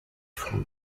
from